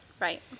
Right